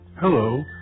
Hello